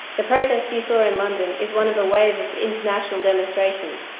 the protest you saw in london is one of a wave of international demonstrations,